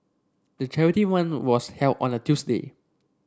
the charity run was held on a Tuesday